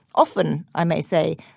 often, i may say,